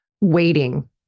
waiting